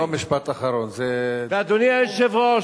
זה לא משפט אחרון, זה, ואדוני היושב-ראש,